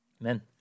Amen